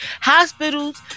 Hospitals